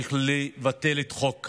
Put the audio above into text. צריך לבטל את חוק קמיניץ,